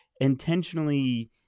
intentionally